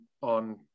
on